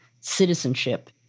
citizenship